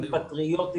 היא פטריוטית,